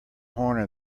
horn